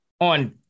On